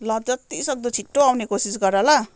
ल जतिसक्दो छिटो आउने कोसिस गर ल